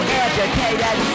educated